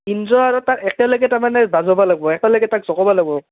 একেলগে তাৰমানে বাজাব লাগব একেলগে তাক জকাব লাগব